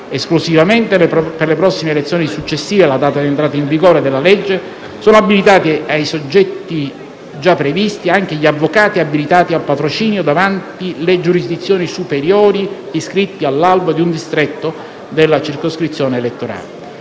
esclusivamente per le prossime elezioni successive alla data di entrata in vigore della legge sono abilitati, oltre ai soggetti già previsti, anche gli avvocati abilitati al patrocinio davanti le giurisdizioni superiori iscritti all'albo di un distretto della circoscrizione elettorale.